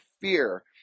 fear